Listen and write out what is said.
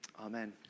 amen